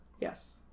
Yes